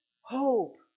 hope